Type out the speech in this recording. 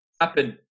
happen